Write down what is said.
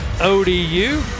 ODU